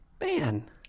Man